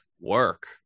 work